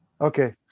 Okay